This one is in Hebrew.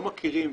לא מכירים,